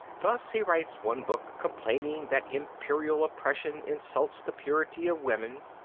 thus he writes one book complaining that imperial oppression insults the purity of women,